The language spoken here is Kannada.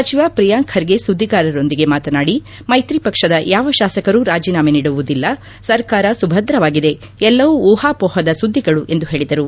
ಸಚಿವ ಪ್ರಿಯಾಂಕ್ ಖರ್ಗೆ ಸುದ್ವಿಗಾರರೊಂದಿಗೆ ಮಾತನಾಡಿ ಮೈತ್ರಿ ಪಕ್ಷದ ಯಾವ ಶಾಸಕರೂ ರಾಜೀನಾಮೆ ನೀಡುವುದಿಲ್ಲ ಸರ್ಕಾರ ಸುಭದ್ರವಾಗಿದೆ ಎಲ್ಲವೂ ಊಹಾಪೋಹದ ಸುದ್ಗಿಗಳು ಎಂದು ಹೇಳಿದರು